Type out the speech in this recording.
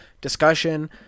discussion